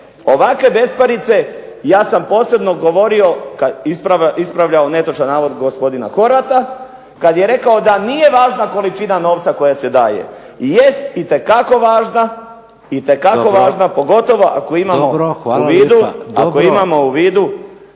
ovakve besparice ja sam posebno govorio, ispravljao netočan navod gospodina Horvata kad je rekao da nije važna količina novca koja se daje. Jest itekako važna, pogotovo ako imamo u vidu…